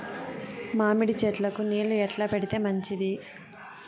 మామిడి చెట్లకు నీళ్లు ఎట్లా పెడితే మంచిది?